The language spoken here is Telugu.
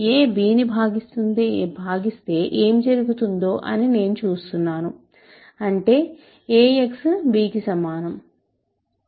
a b ను భాగిస్తే ఏమి జరుగుతుందో అని నేను చూస్తున్నాను అంటే ax b కి సమానం